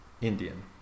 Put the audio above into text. Indian